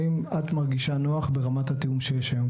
האם את מרגישה נוח ברמת התיאום שיש היום?